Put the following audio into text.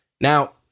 Now